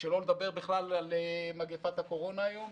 שלא לדבר על מגפת הקורונה היום,